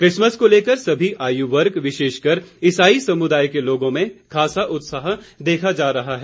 Christmas को लेकर सभी आयु वर्ग विशेषकर इसाई समुदाय के लोगों में खासा उत्साह देखा जा रहा है